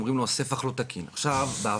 אומרים לו הספח לא תקין.